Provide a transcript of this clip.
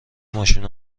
ماشین